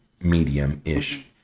medium-ish